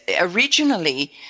Originally